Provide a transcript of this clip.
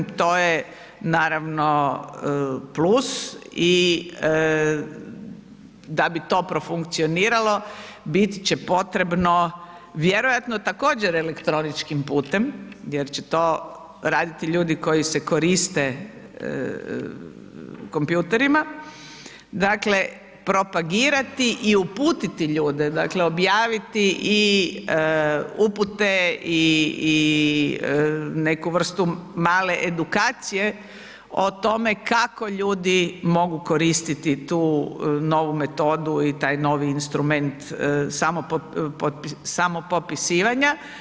To je naravno plus i da bi to profunkcioniralo bit će potrebno vjerojatno također, elektroničkim putem, jer će to raditi ljudi koji se koriste kompjuterima, dakle propagirati i uputiti ljude, dakle objaviti i upute i neku vrstu male edukacije o tome kako ljudi mogu koristiti tu novu metodu i taj novi instrument samopopisivanja.